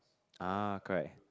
ah correct